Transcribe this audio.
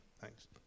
Thanks